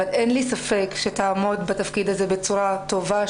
אבל אין לי ספק שתעמוד בתפקיד הזה בצורה טובה,